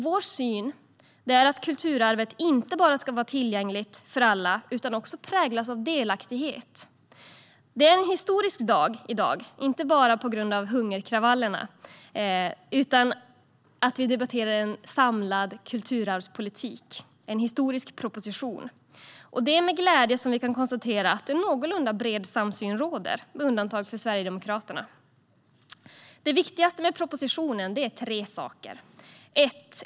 Vår syn är att kulturarvet inte bara ska vara tillgängligt för alla utan också präglas av delaktighet. Det är en historisk dag i dag, inte bara på grund av hungerkravallerna utan för att vi debatterar en historisk proposition om en samlad kulturarvspolitik. Det är med glädje som vi kan konstatera att en någorlunda bred samsyn råder, med undantag för Sverigedemokraterna. Det viktigaste med propositionen är tre saker.